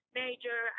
major